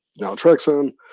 naltrexone